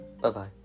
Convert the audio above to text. Bye-bye